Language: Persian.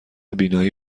بینایی